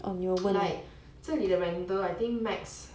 like 这里的 rental I think max